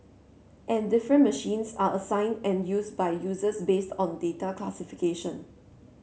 and different machines are assigned and used by users based on data classification